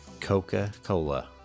Coca-Cola